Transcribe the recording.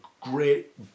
great